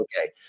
okay